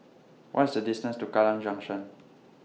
What IS The distance to Kallang Junction